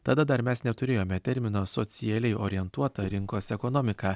tada mes neturėjome termino socialiai orientuota rinkos ekonomika